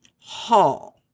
Hall